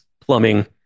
plumbing